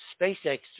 SpaceX